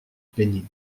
peigné